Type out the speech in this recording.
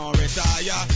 retire